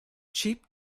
cheap